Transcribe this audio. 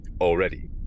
already